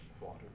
water